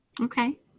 Okay